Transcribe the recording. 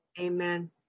Amen